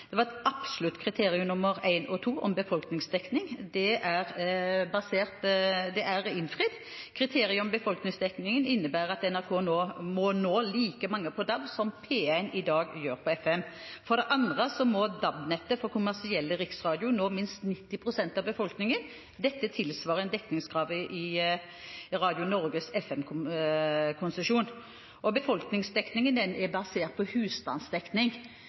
Det var fem klare kriterier som var satt. Det var et absolutt kriterium, nr. 1 og nr. 2, om befolkningsdekning. Det er innfridd. Kriteriet om befolkningsdekningen innebærer at NRK må nå like mange på DAB som P1 i dag gjør på FM. Så må DAB-nettet for kommersiell riksradio nå minst 90 pst. av befolkningen. Dette tilsvarer dekningskravet i Radio Norges FM-konsesjon. Befolkningsdekningen er basert på